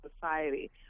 society